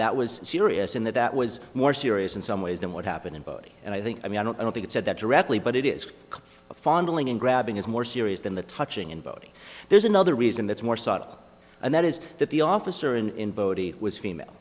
that was serious in that that was more serious in some ways than what happened in body and i think i mean i don't i don't think it said that directly but it is fondling and grabbing is more serious than the touching and bodhi there's another reason that's more subtle and that is that the officer in bodie was female